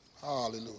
Hallelujah